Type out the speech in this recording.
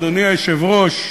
אדוני היושב-ראש,